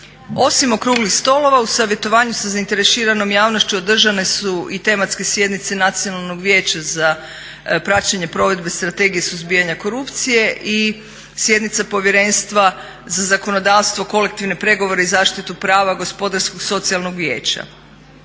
Osim okruglih stolova u savjetovanju sa zainteresiranom javnošću održane su i tematske sjednice Nacionalnog vijeća za praćenje provedbe Strategije suzbijanja korupcije i sjednica Povjerenstva za zakonodavstvo, kolektivne pregovore i zaštitu prava Gospodarskog, socijalnog vijeća.